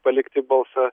palikti balsą